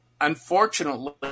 unfortunately